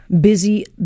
busy